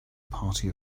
party